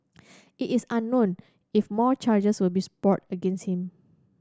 it is unknown if more charges will be brought against him